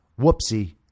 Whoopsie